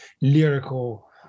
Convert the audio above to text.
lyrical